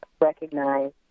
recognize